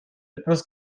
etwas